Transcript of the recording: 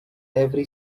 every